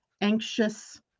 anxious